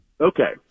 Okay